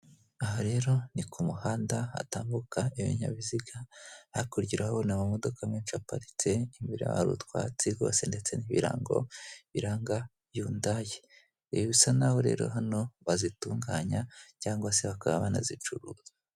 Aha rero ni kumuhanda hatambuka ibinyabiziga, hakurya urabona amamodoka menshi aparitse, imbere hari utwatsi rwose ndetse nibirango biranga yundayi, ibi bisa naho rero bazitunganya cyangwa bakaba banazicuruza.